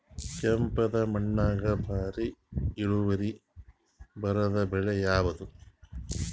ಕೆಂಪುದ ಮಣ್ಣಾಗ ಭಾರಿ ಇಳುವರಿ ಬರಾದ ಬೆಳಿ ಯಾವುದು?